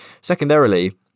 Secondarily